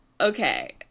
Okay